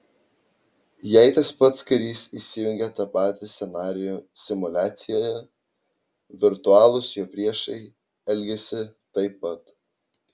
jei tas pats karys įsijungia tą patį scenarijų simuliacijoje virtualūs jo priešai elgiasi taip pat